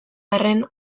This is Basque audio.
arren